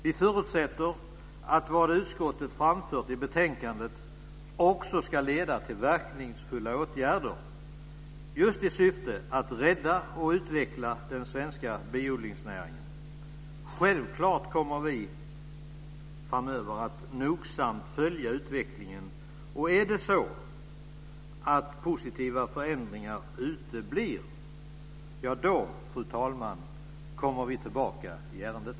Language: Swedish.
Vi förutsätter att vad utskottet framfört i betänkandet också ska leda till verkningsfulla åtgärder just i syfte att rädda och utveckla den svenska biodlingsnäringen. Självklart kommer vi framöver att nogsamt följa utvecklingen, och är det så att positiva förändringar uteblir, ja då, fru talman, kommer vi tillbaka i ärendet.